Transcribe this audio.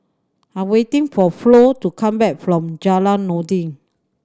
I'm waiting for Flo to come back from Jalan Noordin